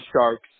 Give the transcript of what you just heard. Sharks